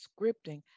scripting